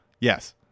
Yes